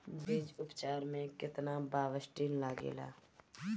बीज उपचार में केतना बावस्टीन लागेला?